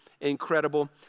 incredible